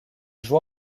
joua